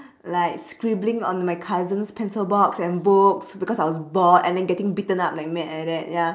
like scribbling on my cousin's pencil box and books because I was bored and then getting beaten up like mad like that ya